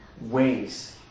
ways